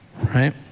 Right